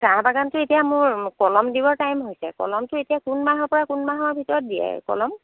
চাহবাগানটোৰ এতিয়া মোৰ কলম দিবৰ টাইম হৈছে কলমটো এতিয়া কোন মাহৰ পৰা কোন মাহৰ ভিতৰত দিয়ে কলম